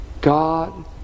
God